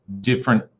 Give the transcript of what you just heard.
different